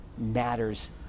matters